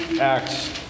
Acts